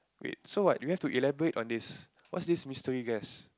wait so what you have to elaborate on this what's this mystery guess